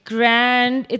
Grand